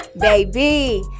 Baby